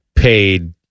paid